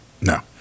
No